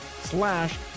slash